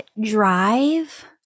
drive